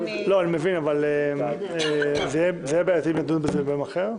אני מבין, אבל יהיה בעייתי אם נדון בזה ביום אחר?